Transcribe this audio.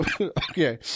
Okay